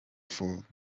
for